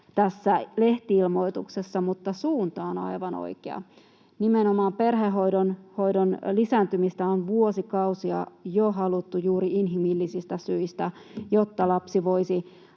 tässä lehti-ilmoituksessa, mutta suunta on aivan oikea. Nimenomaan perhehoidon lisääntymistä on jo vuosikausia haluttu juuri inhimillisistä syistä: jotta lapsi voisi